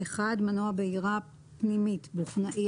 מנוע בעירה פנימית בוכנאי,